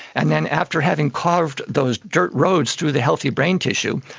and then after having carved those dirt roads through the healthy brain tissue,